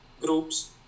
groups